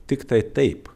tiktai taip